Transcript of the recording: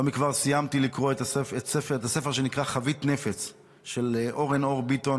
לא מכבר סיימתי לקרוא את הספר שנקרא "חבית נפץ" של אורן אור ביטון.